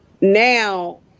Now